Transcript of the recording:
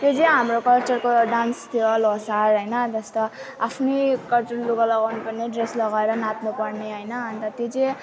त्यो चाहिँ हाम्रो कल्चरको डान्स थियो लोसार हैन जस्तो आफ्नै कल्चरको लुगा लगाउनु पर्ने ड्रेस लगाएर नाच्नु पर्ने हैन अनि त त्यो चाहिँ